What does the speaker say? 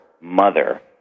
mother